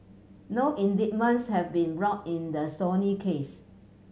no indictments have been brought in the Sony case